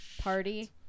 Party